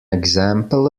example